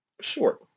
short